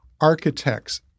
architects